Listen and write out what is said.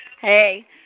Hey